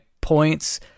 points